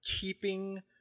keeping